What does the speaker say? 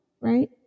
right